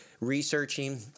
researching